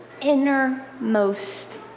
innermost